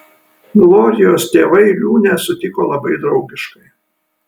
glorijos tėvai liūnę sutiko labai draugiškai